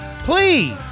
Please